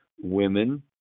women